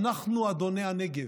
אנחנו אדוני הנגב.